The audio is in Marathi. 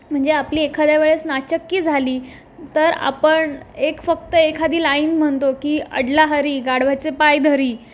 म्हणजे आपली एखाद्या वेळेस नाचक्की झाली तर आपण एक फक्त एखादी लाईन म्हणतो की अडला हरी गाढवाचे पाय धरी